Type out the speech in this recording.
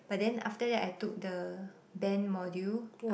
but then after that I took the band module